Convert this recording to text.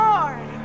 Lord